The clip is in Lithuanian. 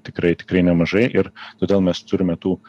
tikrai tikrai nemažai ir todėl mes turime tų